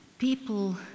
People